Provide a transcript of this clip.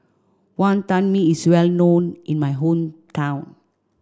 Wonton Mee is well known in my hometown